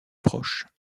proche